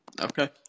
Okay